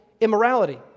immorality